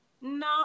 No